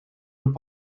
und